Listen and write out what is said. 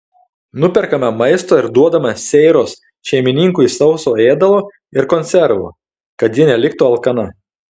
nuperkame maisto ir duodame seiros šeimininkui sauso ėdalo ir konservų kad ji neliktų alkana